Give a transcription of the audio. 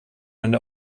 and